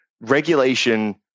regulation